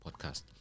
podcast